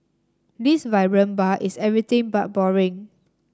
this vibrant bar is everything but boring